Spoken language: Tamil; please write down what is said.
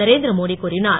நரேந்திர மோடி கூறினார்